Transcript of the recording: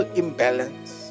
imbalance